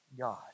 God